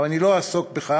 אבל אני לא אעסוק בכך,